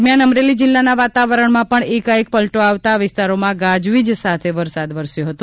દરમિયાન અમરેલી જિલ્લાના વાતાવરણમાં પણ એકાએક પલટો આવતા આ વિસ્તારોમાં ગાજવીજ સાથે વરસાદ વરસ્યો હતો